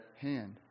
hand